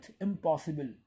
impossible